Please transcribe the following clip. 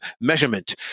measurement